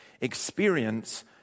experience